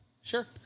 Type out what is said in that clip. Sure